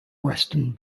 western